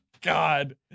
God